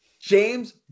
james